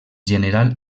general